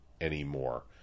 anymore